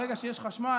ברגע שיש חשמל,